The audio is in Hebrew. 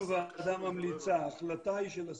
אנחנו ועדה ממליצה, ההחלטה היא של השר.